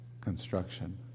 construction